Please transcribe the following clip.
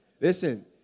Listen